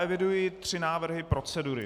Eviduji tři návrhy procedury.